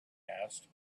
asked